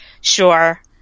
sure